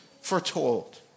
foretold